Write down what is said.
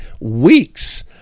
weeks